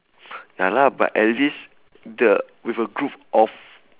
ya lah but at least the with a group of